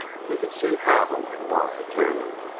you can see how and why clearly.